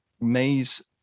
Mays